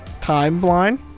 timeline